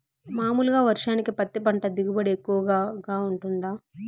మామూలుగా వర్షానికి పత్తి పంట దిగుబడి ఎక్కువగా గా వుంటుందా?